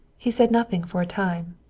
he said nothing for a time.